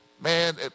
Man